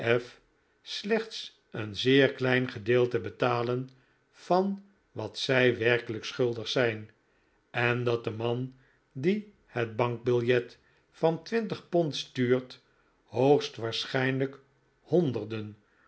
slechts een zeer klein gedeelte betalen van wat zij werkelijk schuldig zijn en dat de man die een bankbiljet van twintig pond stuurt hoogstwaarschijnlijk honderden